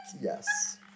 Yes